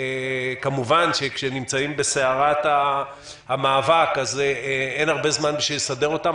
וכמובן שכאשר נמצאים בסערת המאבק אז אין הרבה זמן בשביל לסדר אותם.